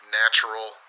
natural